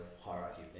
hierarchy